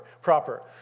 proper